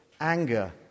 anger